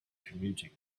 commuting